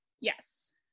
Yes